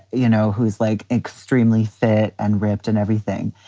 you know, who's like extremely fat and ripped and everything.